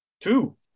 Two